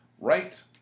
Right